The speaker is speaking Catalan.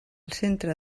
centre